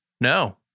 no